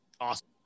awesome